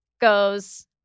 goes